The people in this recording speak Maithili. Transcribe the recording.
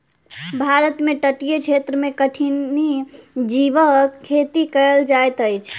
भारत में तटीय क्षेत्र में कठिनी जीवक खेती कयल जाइत अछि